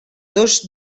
dos